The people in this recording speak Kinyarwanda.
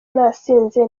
nasinze